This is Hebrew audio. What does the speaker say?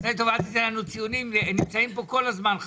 אל תיתן ציונים, הם נמצאים פה כל הזמן.